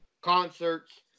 concerts